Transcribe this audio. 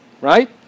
right